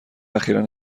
اخیرا